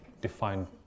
define